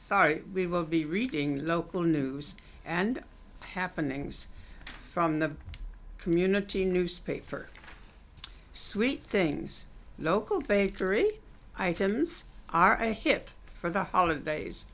sorry we will be reading local news and happenings from the community newspaper sweet things local bakery items are a hit for the holidays